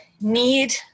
need